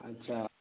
अच्छा